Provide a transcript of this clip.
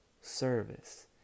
service